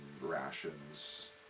rations